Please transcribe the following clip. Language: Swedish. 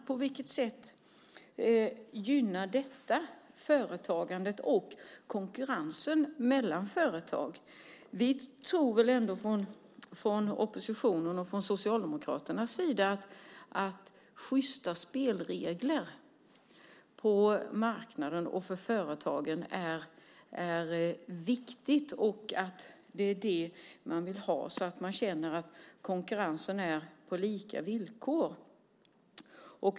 På vilket sätt gynnar detta företagandet och konkurrensen mellan företag? Vi tror från oppositionens och Socialdemokraternas sida att sjysta spelregler på marknaden och för företagen är viktigt. Det är det man vill ha så att man känner att konkurrensen är på lika villkor.